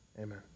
Amen